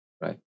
Right